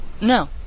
No